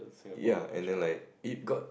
ya and then like it got